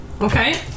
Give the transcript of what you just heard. Okay